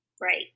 Right